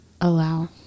allow